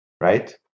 right